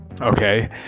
Okay